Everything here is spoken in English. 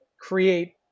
create